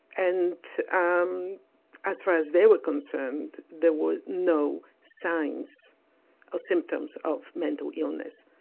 and um as far as they were concerned, there were no signs or symptoms of mental illness.